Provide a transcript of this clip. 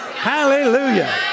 Hallelujah